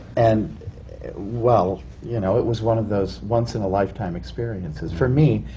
and well, you know, it was one of those once in a lifetime experiences. for me,